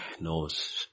knows